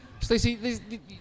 Stacey